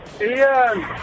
Ian